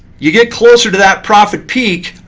you get closer to that profit peak,